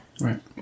Right